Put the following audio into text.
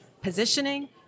positioning